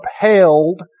upheld